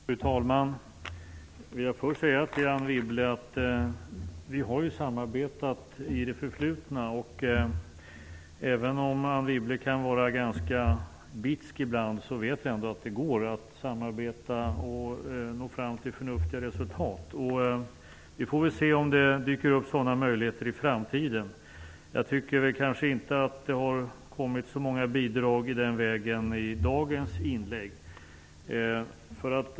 Fru talman! Till Anne Wibble vill jag först säga att vi i det förflutna har samarbetat, och även om Anne Wibble kan vara ganska bitsk ibland vet jag ändå att det går att samarbeta och nå fram till förnuftiga resultat. Vi får väl se om det dyker upp sådana möjligheter i framtiden. Jag tycker kanske inte att det har kommit så många bidrag i den vägen i inläggen under dagens debatt.